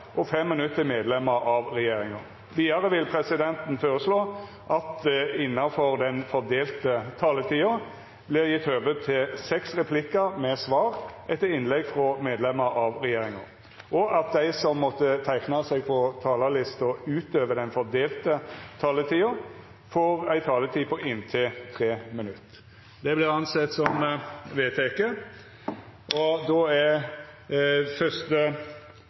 og 5 minutt til medlemer av regjeringa. Vidare vil presidenten føreslå at det – innanfor den fordelte taletida – vert gjeve høve til seks replikkar med svar etter innlegg frå medlemer av regjeringa, og at dei som måtte teikna seg på talarlista utover den fordelte taletida, får ei taletid på inntil 3 minutt. – Det er vedteke.